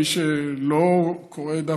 מי שלא קורא את זה,